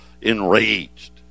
enraged